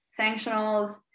sanctionals